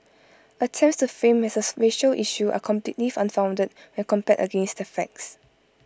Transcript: attempts to frame as A issue are completely unfounded when compared against the facts